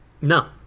no